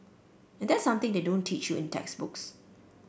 and that's something they don't teach you in textbooks